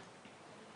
(היו"ר מיכל וונש)